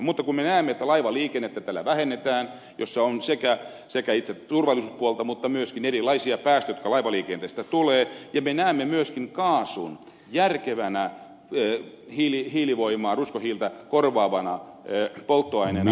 mutta me näemme että tällä vähennetään laivaliikennettä jossa on sekä itse turvallisuuspuolta että myöskin erilaisia päästöjä joita laivaliikenteestä tulee ja me näemme myöskin kaasun järkevänä hiilivoimaa ruskohiiltä korvaavana polttoaineena energiatuotannossa